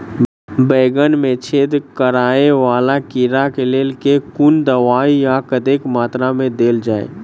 बैंगन मे छेद कराए वला कीड़ा केँ लेल केँ कुन दवाई आ कतेक मात्रा मे देल जाए?